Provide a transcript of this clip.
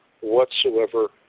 whatsoever